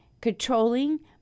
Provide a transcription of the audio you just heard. controlling